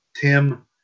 Tim